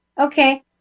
okay